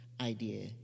idea